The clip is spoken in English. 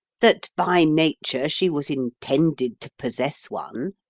that by nature she was intended to possess one.